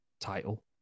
title